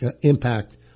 impact